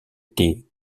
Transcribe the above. étaient